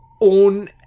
own